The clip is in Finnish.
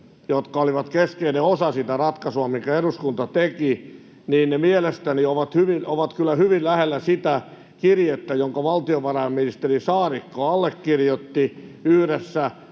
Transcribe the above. jotka olivat keskeinen osa sitä ratkaisua, minkä eduskunta teki, mielestäni ovat kyllä hyvin lähellä sitä kirjettä, jonka valtiovarainministeri Saarikko allekirjoitti yhdessä